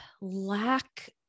lack